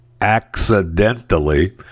accidentally